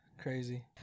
crazy